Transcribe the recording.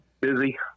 busy